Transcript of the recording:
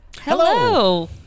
Hello